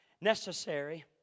necessary